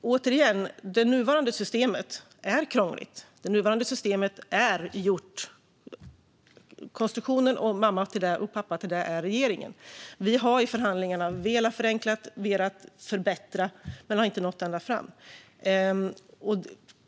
återigen, det nuvarande systemet är krångligt. Mamma och pappa till den konstruktionen är regeringen. Vi har i förhandlingarna velat förenkla och förbättra men har inte nått ända fram.